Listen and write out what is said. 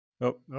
Nope